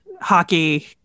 hockey